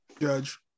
Judge